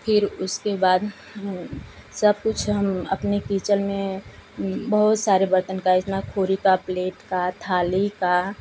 फिर उसके बाद सब कुछ हम अपने किचन में बहुत सारे बर्तन का इसमें खुरुपा प्लेट का थाली का